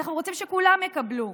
אנחנו רוצים שכולם יקבלו.